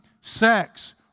sex